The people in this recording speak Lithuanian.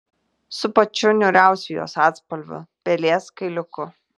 su pačiu niūriausiu jos atspalviu pelės kailiuku